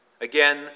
Again